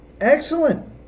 Excellent